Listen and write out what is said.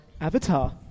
avatar